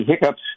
hiccups